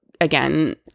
again